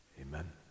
amen